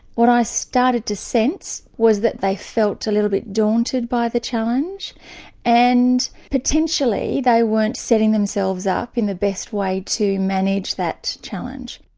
what i started to sense was that they felt a little bit daunted by the challenge and potentially they weren't setting themselves up in the best way to manage that challenge.